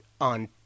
on